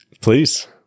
please